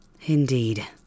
Indeed